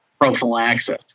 prophylaxis